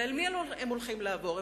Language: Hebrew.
ואל מי הקרקעות האלה הולכות לעבור?